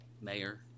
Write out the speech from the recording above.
mayor